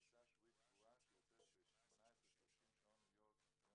בטיסה שבועית קבועה שיוצאת ב-18:30 שעון ניו יורק ביום